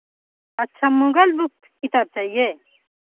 अच्छा मुग़ल बुक किताब चाहिए